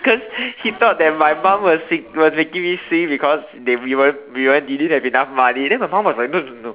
cause he thought that my mom was sing was making me sing because that we weren't we weren't we didn't have enough money then my mom was like no no no